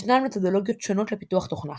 ישנן מתודולוגיות שונות לפיתוח תוכנה,